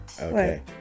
okay